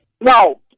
No